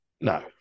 No